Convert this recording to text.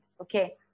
okay